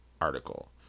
article